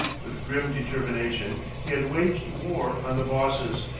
with grim determination he had waged war on the bosses,